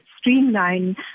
streamline